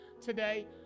today